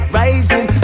rising